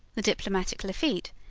the diplomatic lafitte,